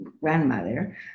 grandmother